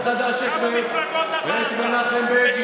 כמה מפלגות עברת, לקרוא מחדש את מנחם בגין.